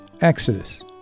Exodus